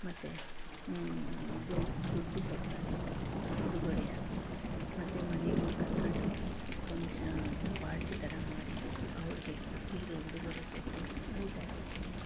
ಮತ್ತು ಇದು ದುಡ್ಡು ಕೊಡ್ತಾರೆ ಉಡುಗೊರೆಯಾಗಿ ಮತ್ತೆ ಮನೆಗಳ್ಗೆ ಕರ್ಕಂಡೋಗಿ ಪಂಕ್ಷ ಪಾರ್ಟಿ ಥರ ಮಾಡಿ ಅವ್ರಿಗೆ ಸೀರೆ ಉಡುಗೊರೆ ಕೊಟ್ಟು ಊಟ ಬಡಿಸಿ